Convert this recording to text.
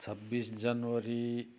छब्बिस जनवरी